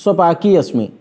स्वपाकी अस्मि